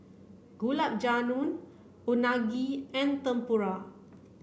Gulab Jamun Unagi and Tempura